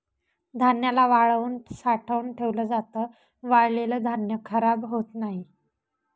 धान्याला वाळवून साठवून ठेवल जात, वाळलेल धान्य खराब होत नाही